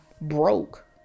broke